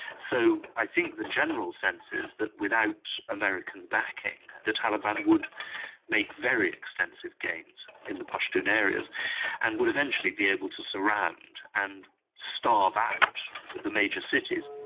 so i think the general sense is that without american backing the taliban would make very extensive gains in the pashtun areas and would eventually be able to surround and starve out the major cities.